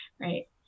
right